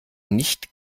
nicht